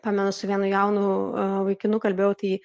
pamenu su vienu jaunu vaikinu kalbėjau tai